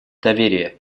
доверие